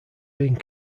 being